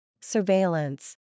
Surveillance